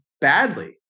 badly